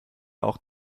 auch